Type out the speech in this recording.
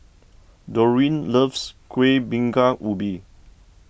Doreen loves Kuih Bingka Ubi